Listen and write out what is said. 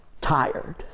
tired